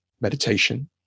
meditation